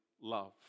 love